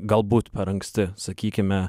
galbūt per anksti sakykime